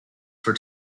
for